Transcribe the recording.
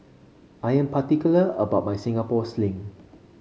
I am particular about my Singapore Sling